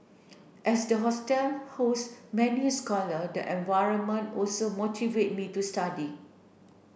as the hostel many scholar the environment also motivate me to study